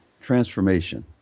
transformation